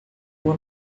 uma